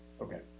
Okay